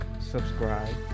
subscribe